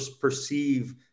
perceive